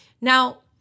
Now